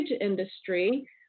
industry